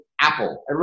Apple